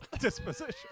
disposition